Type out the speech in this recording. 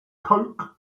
coke